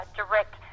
direct